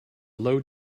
low